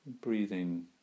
breathing